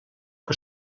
que